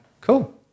Cool